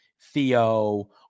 Theo